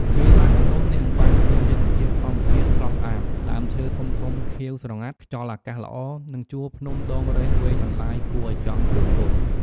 ពេលឡើងភ្នំ អ្នកនឹងបានឃើញទេសភាពធម្មជាតិស្រស់ស្អាត ដើមឈើធំៗខៀវស្រងាត់ ខ្យល់អាកាសល្អ និងជួរភ្នំដងរែកវែងអន្លាយគួរឱ្យចង់គយគន់។